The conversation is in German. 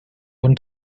und